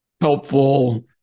helpful